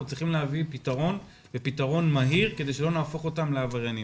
אנחנו צריכים להביא פתרון מהיר כדי שלא נהפוך אותם לעבריינים.